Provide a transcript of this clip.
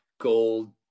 Gold